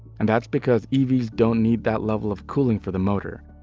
and that's because evs don't need that level of cooling for the motor.